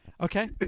Okay